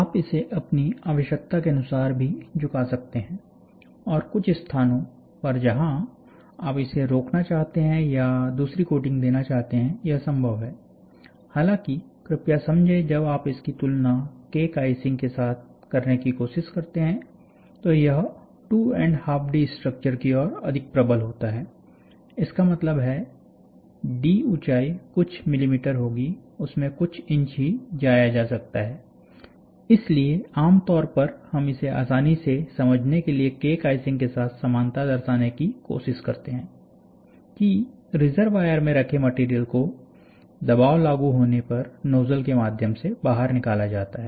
आप इसे अपनी आवश्यकता के अनुसार भी झुका सकते हैं और कुछ स्थानों पर जहां आप इसे रोकना चाहते हैं या दूसरी कोटिंग देना चाहते हैं यह संभव है हालांकि कृपया समझे जब आप इसकी तुलना केक आइसिंग के साथ करने की कोशिश करते हैं तो यह २ एंड हाफ डी स्ट्रक्चर की ओर अधिक प्रबल होता हैइसका मतलब है डी ऊंचाई कुछ मिली मीटर होगी उसमें कुछ इंच ही जाया जा सकता है इसलिए आमतौर पर हम इसे आसानी से समझने के लिए केक आइसिंग के साथ समानता दर्शाने की कोशिश करते हैंकि रिजर्वायर में रखे मटेरियल को दबाव लागू होने पर नोजल के माध्यम से बाहर निकाला जाता है